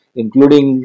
including